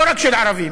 לא רק של ערבים,